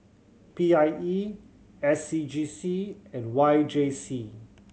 P I E S C G C and Y J C